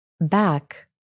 Back